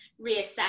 reassess